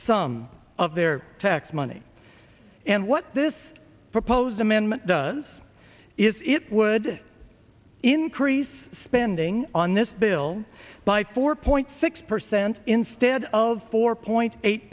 some of their tax money and what this proposed amendment does is it would increase spending on this bill by four point six percent instead of four point eight